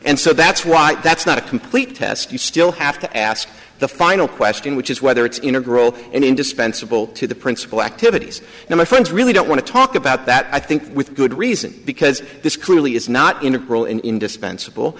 and so that's right that's not a complete test you still have to ask the final question which is whether it's integral and indispensable to the principle activities and my friends really don't want to talk about that i think with good reason because this clearly is not integral in indispensable